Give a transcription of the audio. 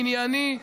ענייני,